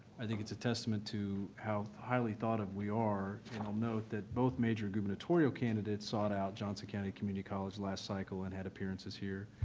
i think it's a testament to how highly thought of we are. and i'll note that both major gubernatorial candidates sought out johnson county community college last cycle and had appearances here.